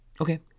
Okay